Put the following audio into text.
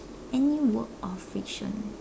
any work of fiction